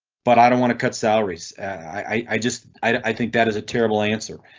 but i don't want to cut salaries i i just i. i think that is a terrible answer.